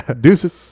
Deuces